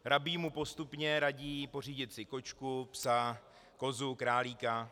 Rabín mu postupně radí pořídit si kočku, psa, kozu, králíka.